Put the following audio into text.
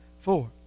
four